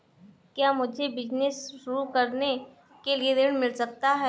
क्या मुझे बिजनेस शुरू करने के लिए ऋण मिल सकता है?